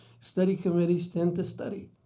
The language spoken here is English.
study committees tend to study.